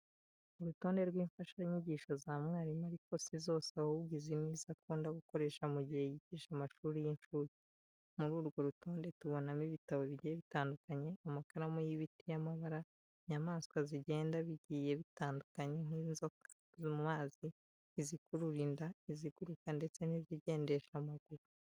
Urutonde rw'imfashanyigisho za mwarimu, ariko si zose ahubwo izi ni izo akunda gukoresha mu gihe yigisha amashuri y'incuke. Muri urwo rutonde tubonamo ibitabo bigiye bitandukanye, amakaramu y'ibiti y'amabara, inyamaswa zigenda bigiye bitandukanye nk'izoga mu mazi, izikurura inda, iziguruka ndetse n'izigendesha amaguru.